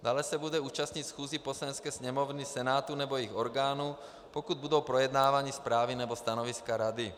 Dále se bude účastnit schůzí Poslanecké sněmovny, Senátu nebo jejich orgánů, pokud budou projednávány zprávy nebo stanoviska rady.